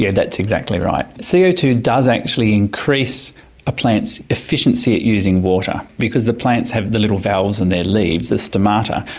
yeah that's exactly right. co so two does actually increase a plant's efficiency at using water because the plants have the little valves in their leaves, the stomata,